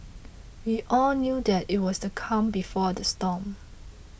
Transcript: we all knew that it was the calm before the storm